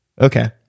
okay